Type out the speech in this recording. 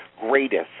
greatest